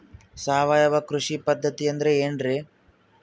ಸಾವಯವ ಕೃಷಿ ಪದ್ಧತಿ ಅಂದ್ರೆ ಏನ್ರಿ?